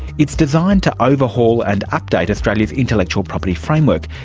it's designed to overhaul and update australia's intellectual property framework,